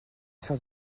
faire